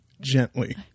Gently